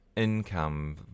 income